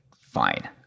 fine